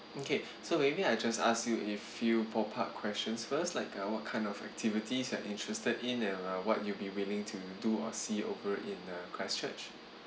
okay so maybe I just ask you a few ballpark questions first like uh kind of what kind of activities you're interested in and uh what you'll be willing to do or see over in uh christchurch